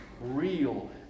real